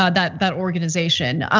ah that that organization,